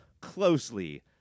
closely